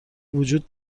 وجود